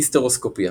היסטרוסקופיה